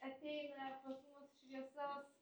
ateina pas mus šviesos